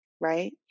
right